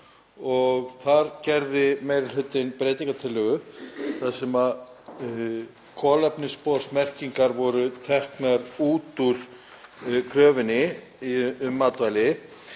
og þar gerði meiri hlutinn breytingartillögu þar sem kolefnissporsmerkingar voru teknar út úr kröfunni um matvæli.